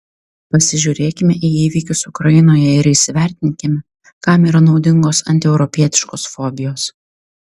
pasižiūrėkime į įvykius ukrainoje ir įsivertinkime kam yra naudingos antieuropietiškos fobijos